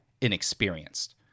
inexperienced